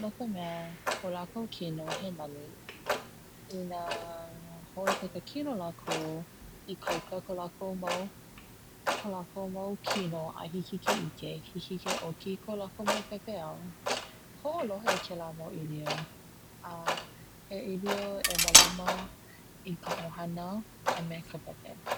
no ka mea ko lakou kino he nani, ina hoʻoikaika kino lakou ikaika ko lakou mau ko lakou mau kino a hiki ke ʻike, hiki ke ʻoki i ko lakou mau pepeiao, hoʻolohe kela mau ʻilio a he ʻilio e malama ka ʻohana me ka pepe.